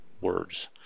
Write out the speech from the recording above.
words